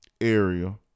area